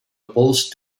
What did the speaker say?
opposed